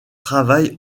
travail